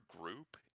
group